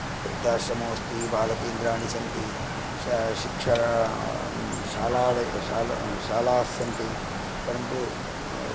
वृद्धाश्रमोस्ति बालकेन्द्राणि सन्ति श शिक्षा शालालय शाला शालास्सन्ति परन्तु